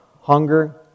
Hunger